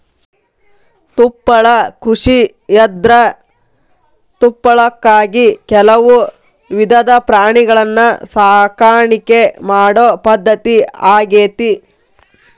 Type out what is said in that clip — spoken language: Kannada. ತುಪ್ಪಳ ಕೃಷಿಯಂದ್ರ ತುಪ್ಪಳಕ್ಕಾಗಿ ಕೆಲವು ವಿಧದ ಪ್ರಾಣಿಗಳನ್ನ ಸಾಕಾಣಿಕೆ ಮಾಡೋ ಪದ್ಧತಿ ಆಗೇತಿ